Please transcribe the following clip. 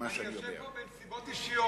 אני יושב פה מסיבות אישיות,